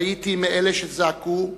הייתי מאלו שזעקו,